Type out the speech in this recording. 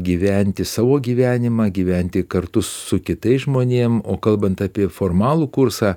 gyventi savo gyvenimą gyventi kartu su kitais žmonėm o kalbant apie formalų kursą